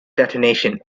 detonation